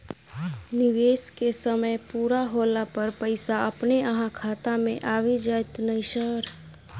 निवेश केँ समय पूरा होला पर पैसा अपने अहाँ खाता मे आबि जाइत नै सर?